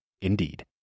indeed